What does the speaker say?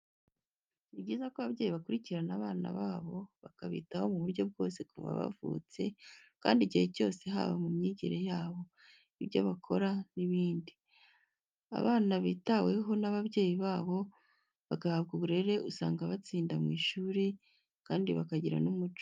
Ni byiza ko ababyeyi bakurikirana abana babo bakabitaho mu buryo bwose kuva bavutse kandi igihe cyose haba mu myigire yabo, ibyo bakora n'ibindi. Abana bitaweho n'ababyeyi babo bagahabwa uburere usanga batsinda mu ishuri kandi bakagira n'umuco.